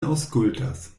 aŭskultas